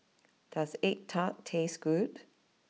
does Egg Tart taste good